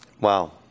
Wow